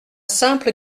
simple